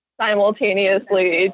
simultaneously